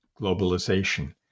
globalization